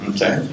Okay